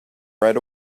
right